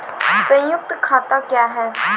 संयुक्त खाता क्या हैं?